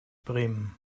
bremen